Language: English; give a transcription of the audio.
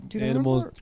animals